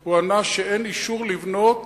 הוא ענה שאין אישור לבנות